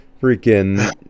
freaking